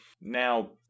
Now